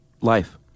life